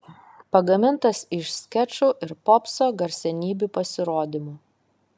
pagamintas iš skečų ir popso garsenybių pasirodymų